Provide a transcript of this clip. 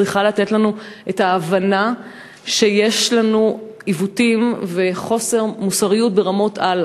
צריכה לתת לנו את ההבנה שיש לנו עיוותים וחוסר מוסריות ברמות על.